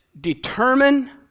determine